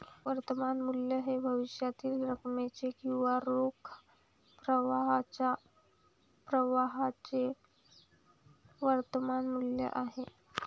वर्तमान मूल्य हे भविष्यातील रकमेचे किंवा रोख प्रवाहाच्या प्रवाहाचे वर्तमान मूल्य आहे